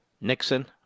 Nixon